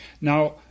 Now